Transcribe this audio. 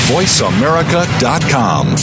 VoiceAmerica.com